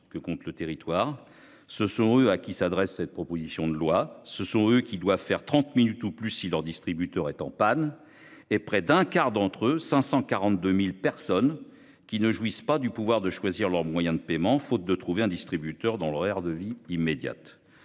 que compte le territoire ce sont eux à qui s'adresse cette proposition de loi, ce sont eux qui doit faire 30 minutes ou plus si leur distributeur est en panne et près d'un quart d'entre eux, 542.000 personnes qui ne jouissent pas du pouvoir de choisir leur moyens de paiement, faute de trouver un distributeur dans l'horaire de vie immédiate.